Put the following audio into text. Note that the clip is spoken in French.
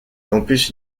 campus